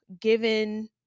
given